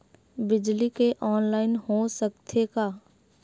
बिजली के ऑनलाइन हो सकथे का?